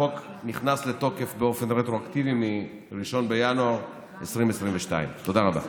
שהחוק נכנס לתוקף באופן רטרואקטיבי מ-1 בינואר 2022. תודה רבה.